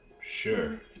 Sure